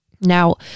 Now